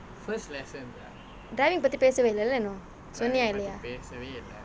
driving பற்றி பேசவே இல்லை இன்னும் சொன்னியா இல்லையா:patri pesave illai innum sonniyaa illaiyaa